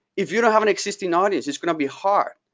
if you don't have an existing audience, it's going to be hard.